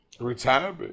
retirement